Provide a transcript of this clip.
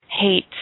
hate